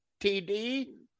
TD